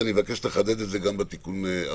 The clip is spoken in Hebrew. אני אבקש לחדד את זה גם בתיקון הבא.